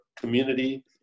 community